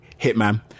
Hitman